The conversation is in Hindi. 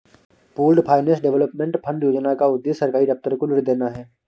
पूल्ड फाइनेंस डेवलपमेंट फंड योजना का उद्देश्य सरकारी दफ्तर को ऋण देना है